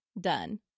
done